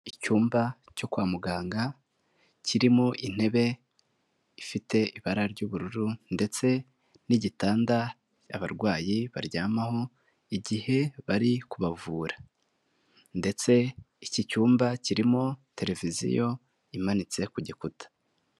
Icyumba cyo kwa muganga, kirimo intebe ifite ibara ry'ubururu, ndetse n'igitanda abarwayi baryamaho igihe bari kubavura. Ndetse iki cyumba kirimo televiziyo imanitse ku gikuta.